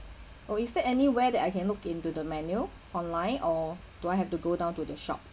or is there any where that I can look into the menu online or do I have to go down to the shop